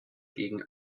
gegen